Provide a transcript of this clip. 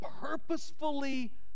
purposefully